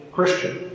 Christian